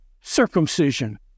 circumcision